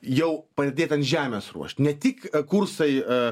jau pradėt ant žemės ruošt ne tik a kursai a